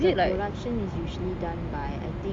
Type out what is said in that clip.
the production is usually done by I think